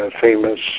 famous